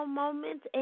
moment